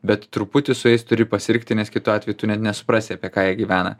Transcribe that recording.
bet truputį su jais turi pasirkti nes kitu atveju tu net nesuprasi apie ką jie gyvena